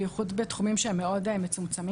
במיוחד בתחומים שהם מאוד מצומצמים.